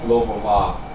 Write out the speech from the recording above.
low profile ah